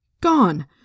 Gone